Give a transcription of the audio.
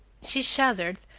she shuddered,